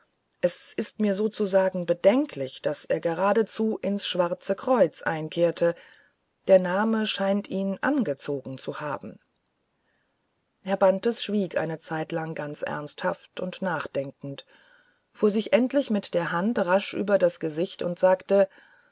es ist mir sozusagen bedenklich daß er geradezu ins schwarze kreuz einkehrte der name scheint ihn angezogen zu haben herr bantes schwieg eine zeitlang ganz ernsthaft und nachdenkend fuhr sich endlich mit der hand rasch über das gesicht und sagte